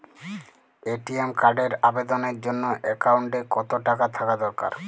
ATM কার্ডের আবেদনের জন্য অ্যাকাউন্টে কতো টাকা থাকা দরকার?